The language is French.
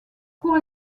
cours